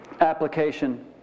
application